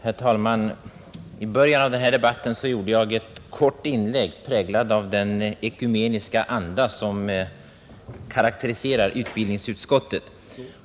Herr talman! I början av den här debatten gjorde jag ett kort inlägg, präglat av den ekumeniska anda som karakteriserar utbildningsutskottet.